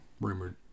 rumored